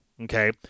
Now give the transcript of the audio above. Okay